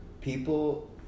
People